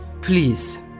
Please